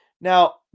now